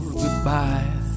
goodbye